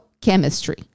chemistry